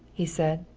he said.